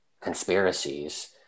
conspiracies